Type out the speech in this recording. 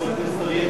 חבר הכנסת אריאל,